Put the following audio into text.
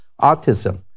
autism